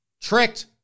tricked